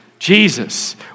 Jesus